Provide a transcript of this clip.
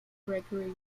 gregory